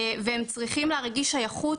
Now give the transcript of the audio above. הם צריכים להרגיש שייכות,